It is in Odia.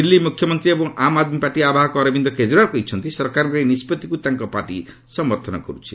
ଦିଲ୍ଲୀ ମୁଖ୍ୟମନ୍ତ୍ରୀ ଏବଂ ଆମ୍ ଆଦମୀ ପାର୍ଟି ଆବାହକ ଅରବିନ୍ଦ କେଜରିୱାଲ କହିଛନ୍ତି ସରକାରଙ୍କର ଏହି ନିଷ୍ପଭିକ୍ତ ତାଙ୍କ ପାର୍ଟି ସମର୍ଥନ କରୁଛି